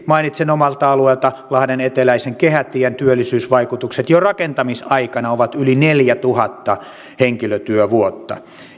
mainitsen omalta alueeltani lahden eteläisen kehätien työllisyysvaikutukset jo rakentamisaikana ovat yli neljätuhatta henkilötyövuotta